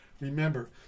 remember